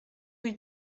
rue